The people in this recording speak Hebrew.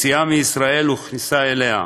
יציאה מישראל וכניסה אליה: